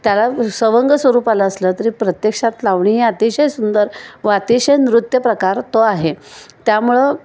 त्याला सवंग स्वरूपाला असलं तरी प्रत्यक्षात लावणी हे अतिशय सुंदर व अतिशय नृत्य प्रकार तो आहे त्यामुळं